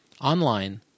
Online